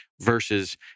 versus